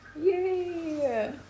Yay